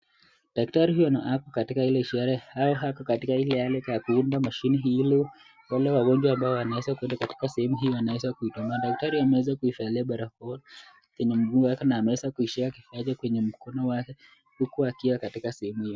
Daktari huyu ako katika ile hali ya kuunda mashini. Daktari ameweza kuivaa barakoa kwenye pua na kwenye mkono wake huku katika.